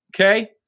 Okay